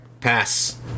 pass